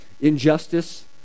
injustice